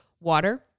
water